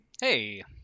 hey